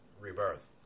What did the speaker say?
rebirth